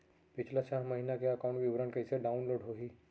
पिछला छः महीना के एकाउंट विवरण कइसे डाऊनलोड होही?